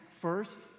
first